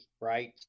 right